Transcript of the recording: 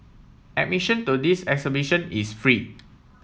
admission to this exhibition is free